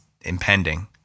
impending